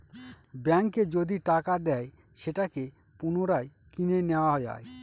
ব্যাঙ্কে যদি টাকা দেয় সেটাকে পুনরায় কিনে নেত্তয়া যায়